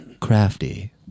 crafty